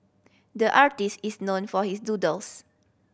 the artist is known for his doodles